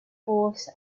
force